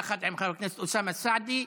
יחד עם חבר הכנסת אוסאמה סעדי,